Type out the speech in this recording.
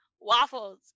waffles